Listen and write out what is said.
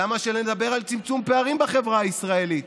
למה שנדבר על צמצום פערים בחברה הישראלית?